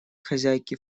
хозяйки